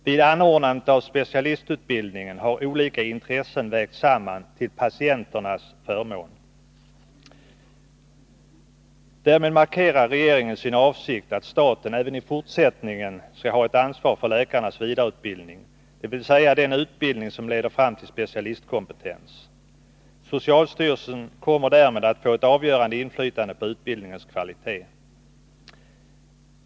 Vid anordnandet av specialistutbildningen har olika intressen vägts samman till patienternas förmån.” Därmed markerar regeringen sin avsikt att staten även i fortsättningen skall ha ett ansvar för läkarnas vidareutbildning, dvs. den utbildning som leder fram till specialistkompetens. Socialstyrelsen kommer därmed att få ett avgörande inflytande på utbildningens kvalitet.